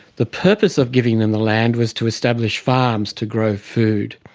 the purpose of giving them the land was to establish farms to grow food.